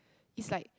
is like